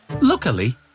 Luckily